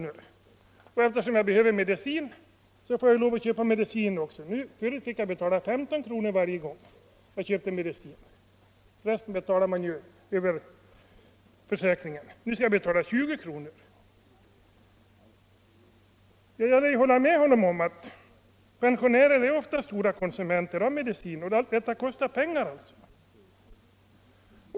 då, men nu måste jag betala 8 kr. Jag behöver medicin också. Förut kostade den 15 kr. varje gång — resten betalas ju över försäkringen — men nu skall jag betala 20 kr. Pensionärer är ofta stora konsumenter av medicin, och den kostar pengar.